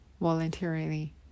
voluntarily